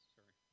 sorry